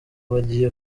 bagiye